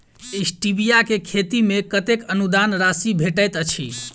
Stevia केँ खेती मे कतेक अनुदान राशि भेटैत अछि?